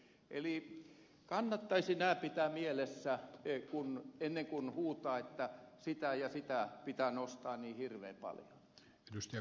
eli kannattaisi nämä pitää mielessä ennen kuin huutaa että sitä ja sitä pitää nostaa niin hirveän paljon